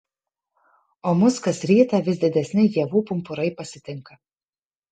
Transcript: o mus kas rytą vis didesni ievų pumpurai pasitinka